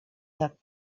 jak